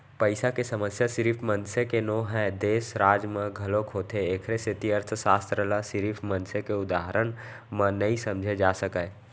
पइसा के समस्या सिरिफ मनसे के नो हय, देस, राज म घलोक होथे एखरे सेती अर्थसास्त्र ल सिरिफ मनसे के उदाहरन म नइ समझे जा सकय